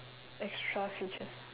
extra features